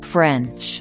French